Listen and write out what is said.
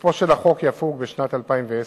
תוקפו של החוק יפוג בשנת 2010,